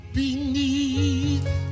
beneath